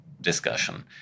discussion